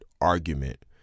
argument